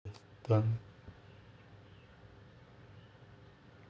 plant